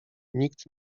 nikt